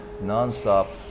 non-stop